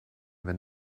wenn